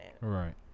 Right